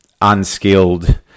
unskilled